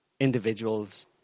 individuals